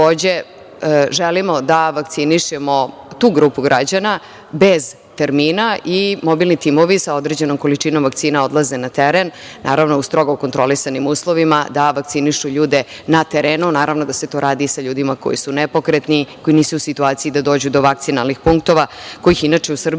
takođe želimo da vakcinišemo tu grupu građana, bez termina i mobilni timovi sa određenom količinom vakcina odlaze na teren, naravno, u strogo kontrolisanim uslovima, da vakcinišu ljude na terenu. Naravno da se to radi i sa ljudima koji su nepokretni, koji nisu u situaciji da dođu do vakcinalnih punktova, kojih inače u Srbiji ima